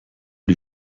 die